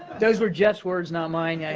those were jeff's words, not mine yeah